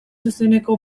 izeneko